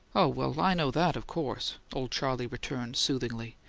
oh, well, i know that, of course, old charley returned, soothingly.